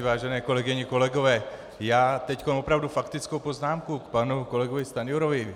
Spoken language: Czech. Vážené kolegyně a kolegové, já teď opravdu faktickou poznámku k panu kolegovi Stanjurovi.